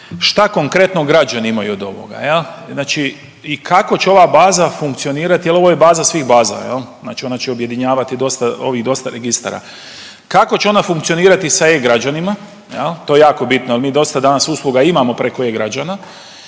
Šta konkretno građani imaju od ovoga, znači i kako će ova baza funkcionirati jel ovo je baza svih baza? Znači ona će objedinjavati ovih dosta registara. Kako će ona funkcionirati sa e-Građanima? To je jako bitno, jel mi dosta danas usluga imamo preko e-Građana.